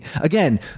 again